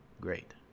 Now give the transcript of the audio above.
great